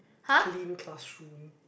clean classroom